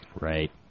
Right